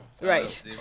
Right